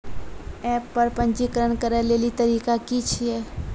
App पर पंजीकरण करै लेली तरीका की छियै?